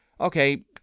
okay